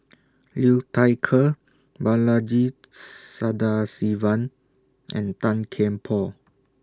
Liu Thai Ker Balaji Sadasivan and Tan Kian Por